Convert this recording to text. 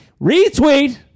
Retweet